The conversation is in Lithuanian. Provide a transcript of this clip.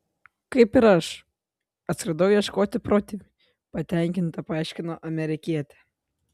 kaip ir aš atskridau ieškoti protėvių patenkinta paaiškino amerikietė